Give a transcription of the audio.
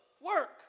work